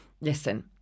listen